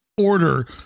order